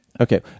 Okay